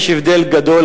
יש הבדל גדול,